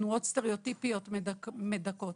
תנועות סטריאוטיפיות מדכאות